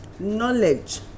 knowledge